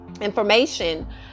information